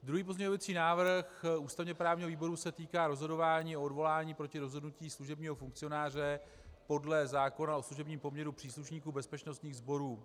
Druhý pozměňující návrh ústavněprávního výboru se týká rozhodování o odvolání proti rozhodnutí služebního funkcionáře podle zákona o služebním poměru příslušníků bezpečnostních sborů.